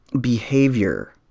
behavior